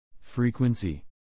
Frequency